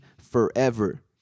forever